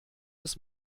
des